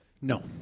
No